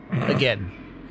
again